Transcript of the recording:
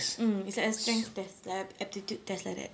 mm it's like a strengths test like a aptitude test like that